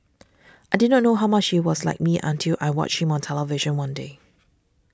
I did not know how much he was like me until I watched him on television one day